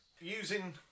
Using